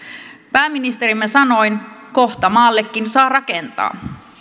pääministerimme sanoin kohta maallekin saa rakentaa